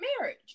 marriage